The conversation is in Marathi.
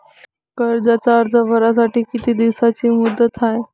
कर्जाचा अर्ज भरासाठी किती दिसाची मुदत हाय?